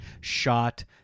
shot